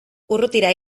urrutira